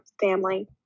family